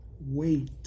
wait